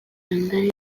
landare